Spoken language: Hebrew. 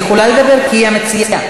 היא יכולה לדבר, כי היא המציעה.